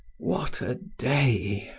what a day!